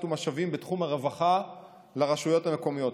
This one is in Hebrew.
ומשאבים בתחום הרווחה לרשויות המקומיות,